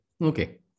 okay